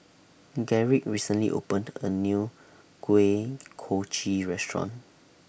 Gerrit recently opened A New Kuih Kochi Restaurant